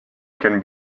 can